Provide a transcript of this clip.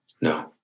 No